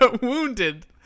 wounded